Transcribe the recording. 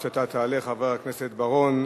עד שאתה תעלה, חבר הכנסת בר-און,